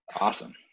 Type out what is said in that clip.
awesome